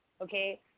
okay